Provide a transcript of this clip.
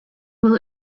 will